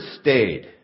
stayed